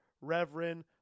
Reverend